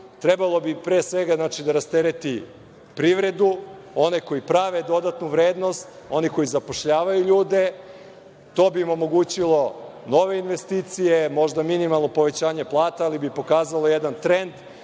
Trebalo bi pre svega da rastereti privredu, one koji prave dodatnu vrednost, one koji zapošljavaju ljude. To bi im omogućilo nove investicije, možda minimalno povećanje plata, ali bi pokazalo jedan trend